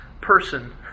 person